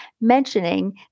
mentioning